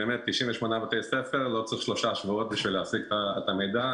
98 בתי-ספר לא צריך שלושה שבועות בשביל להשיג את המידע.